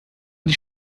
ich